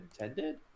intended